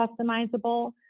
customizable